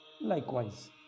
likewise